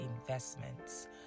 investments